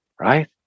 right